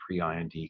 pre-IND